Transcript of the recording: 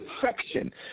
perfection